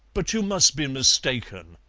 but you must be mistaken,